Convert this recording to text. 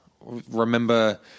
remember